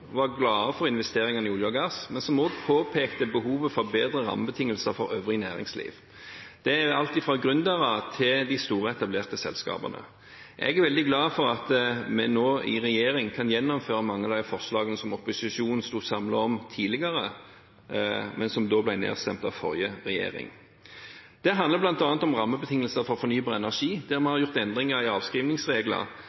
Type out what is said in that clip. var glade for investeringene i olje og gass, men som òg påpekte behovet for bedre rammebetingelser for øvrig næringsliv. Det er alt fra gründere til de store etablerte selskapene. Jeg er veldig glad for at vi nå i regjering kan gjennomføre mange av de forslagene opposisjonen sto samlet om tidligere, men som da ble nedstemt av forrige regjering. Det handler bl.a. om rammebetingelser for fornybar energi, der vi